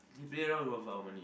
they play around with our money